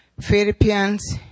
Philippians